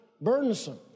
burdensome